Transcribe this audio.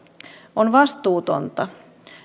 on vastuutonta